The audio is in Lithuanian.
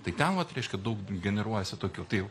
tai ten vat reiškia daug generuojasi tokių tai jau